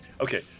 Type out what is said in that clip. Okay